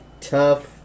tough